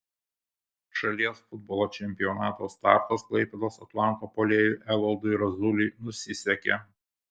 šalies futbolo čempionato startas klaipėdos atlanto puolėjui evaldui razuliui nusisekė